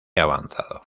avanzado